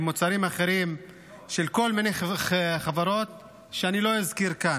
במוצרים אחרים של כל מיני חברות שאני לא אזכיר כאן,